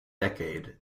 decade